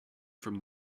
from